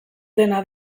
dena